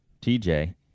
tj